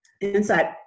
Inside